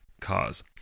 cause